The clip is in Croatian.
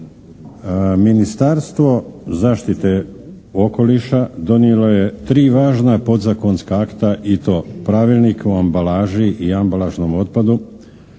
Ministarstvo zaštite okoliša donijelo je tri važna podzakonska akta i to: Pravilnik o ambalaži i ambalažnom otpadu,